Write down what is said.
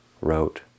wrote